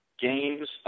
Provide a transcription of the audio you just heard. games